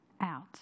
out